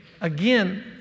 again